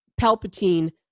Palpatine